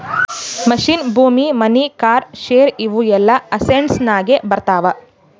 machine, ಭೂಮಿ, money, car, share ಇವು ಎಲ್ಲಾ ಅಸೆಟ್ಸನಾಗೆ ಬರ್ತಾವ